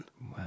Wow